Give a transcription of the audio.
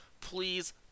please